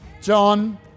John